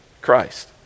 Christ